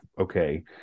okay